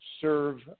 serve